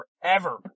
forever